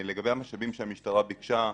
לגבי המשאבים שהמשטרה ביקשה,